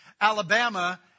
Alabama